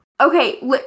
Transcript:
okay